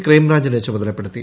ക്രൈംബ്രാഞ്ചിനെ ചുമതലപ്പെടുത്തി